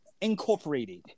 Incorporated